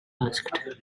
asked